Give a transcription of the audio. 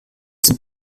sind